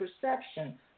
perception